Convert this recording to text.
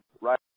Right